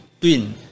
twin